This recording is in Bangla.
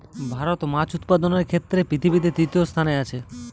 ভারত মাছ উৎপাদনের ক্ষেত্রে পৃথিবীতে তৃতীয় স্থানে আছে